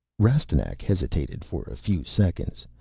rastignac hesitated for a few seconds.